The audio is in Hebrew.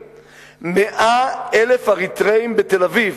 שנים, 100,000 אריתריאים בתל-אביב.